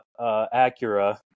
Acura